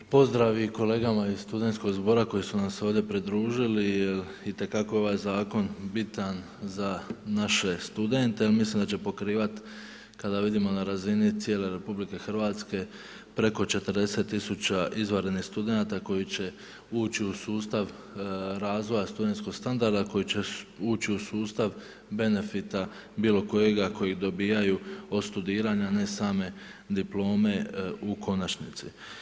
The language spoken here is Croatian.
Pozdrav i kolegama iz Studentskog zbora koji su nam se ovdje pridružili jer itekako je ovaj zakon bitan za naše studente jer mislim da će pokrivati kada vidimo na razini cijele RH preko 40 tisuća izvanrednih studenata koji će ući u sustav razvoja studentskog standarda, koji će ući u sustav benefita bilo kojega koji dobivaju od studiranja a ne same diplome u konačnici.